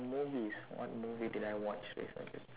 movies what movie did I watch recently